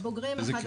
בבוגרים אחד ל-11.